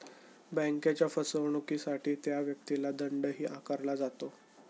बँकेच्या फसवणुकीसाठी त्या व्यक्तीला दंडही आकारला जातो